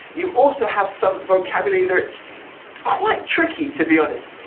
you also have some vocabulary that's quite tricky to be honest.